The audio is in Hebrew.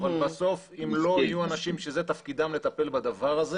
אבל בסוף אם לא יהיו אנשים שזה תפקידם לטפל בדבר הזה